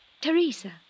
Teresa